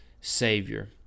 savior